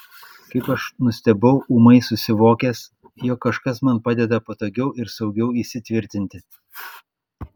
kaip aš nustebau ūmai susivokęs jog kažkas man padeda patogiau ir saugiau įsitvirtinti